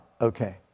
Okay